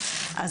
"את יודעת",